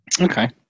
Okay